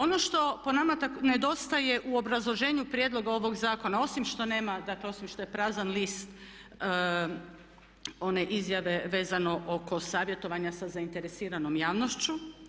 Ono što po nama nedostaje u obrazloženju prijedloga ovoga zakona osim što nema, osim što je prazan list one izjave vezano oko savjetovanja sa zainteresiranom javnošću.